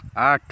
ଆଠ